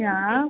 না